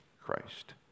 Christ